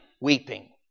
weeping